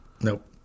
Nope